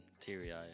teary-eyed